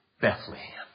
Bethlehem